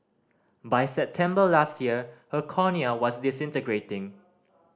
by September last year her cornea was disintegrating